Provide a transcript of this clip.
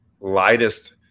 lightest